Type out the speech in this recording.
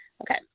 Okay